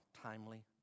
timely